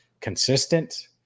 consistent